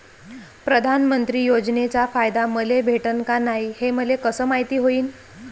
प्रधानमंत्री योजनेचा फायदा मले भेटनं का नाय, हे मले कस मायती होईन?